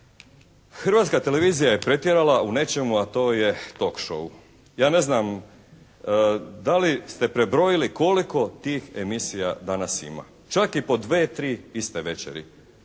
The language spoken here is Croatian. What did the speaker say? Hrvatska televizija je pretjerala u nečemu a to je talk show. Ja ne znam da li ste prebrojili koliko tih emisija danas ima. Čak i po dvije, tri iste večeri.